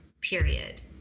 period